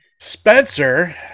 Spencer